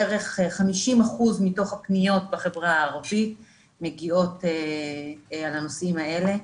בערך 50% מתוך הפניות בחברה הערבית מגיעות על הנושאים האלה.